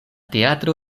teatro